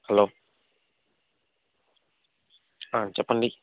hello చెప్పండి